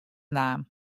naam